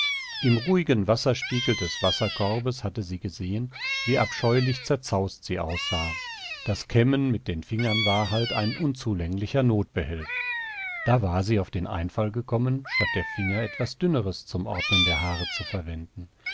im ruhigen wasserspiegel des wasserkorbes hatte sie gesehen wie abscheulich zerzaust sie aussah das kämmen mit den fingern war halt ein unzulänglicher notbehelf da war sie auf den einfall gekommen statt der finger etwas dünneres zum ordnen der haare zu verwenden